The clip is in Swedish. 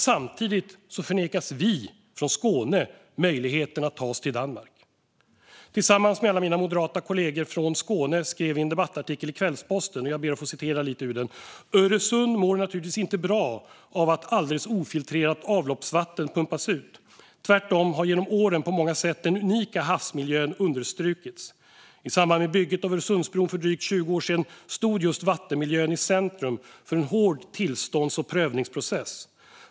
Samtidigt förnekas vi från Skåne möjligheten att ta oss till Danmark. Tillsammans med alla mina moderata kolleger från Skåne skrev vi en debattartikel i Kvällsposten, och jag ber att få citera lite ur den: "Öresund mår naturligtvis inte bra av att alldeles ofiltrerat avloppsvatten pumpas ut. Tvärtom har genom åren på många sätt den unika havsmiljön understrukits. I samband med bygget av Öresundsbron för drygt 20 år sedan stod just vattenmiljön i centrum för en hård tillstånds och prövningsprocess.